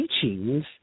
teachings